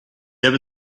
ever